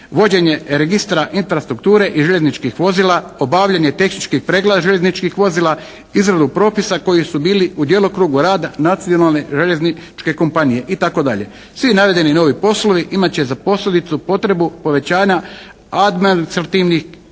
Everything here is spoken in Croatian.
vođenje registra infrastrukture i željezničkih vozila, obavljanje tehničkih pregleda željezničkih vozila, izradu propisa koji su bili u djelokrugu rada nacionalne željezničke kompanije itd. Svi navedeni novi poslovi imat će za posljedicu potrebu povećanja administrativnih kapaciteta